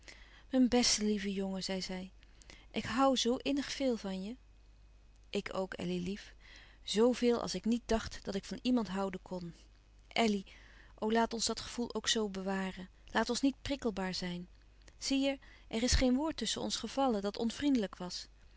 mijn beste lieve jongen zei zij ik hoû zoo innig veel van je ik ook elly lief z veel als ik niet dacht dat ik van iemand houden kon elly o laat ons dat gevoel ook zoo bewaren laat ons niet prikkelbaar zijn zie je er is geen woord tusschen ons gevallen dat onvriendelijk was